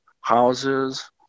houses